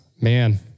Man